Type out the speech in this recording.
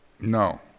No